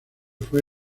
fue